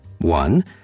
One